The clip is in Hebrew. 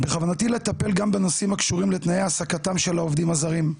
בכוונתי לטפל גם בנושאים שקשורים לתנאי ההעסקתם של העובדים הזרים,